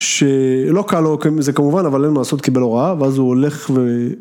‫שלא קל להוקים, זה כמובן, ‫אבל אין לו מה לעשות, קיבל הוראה, ‫ואז הוא הולך ו...